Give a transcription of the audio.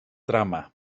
drama